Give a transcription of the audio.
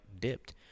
dipped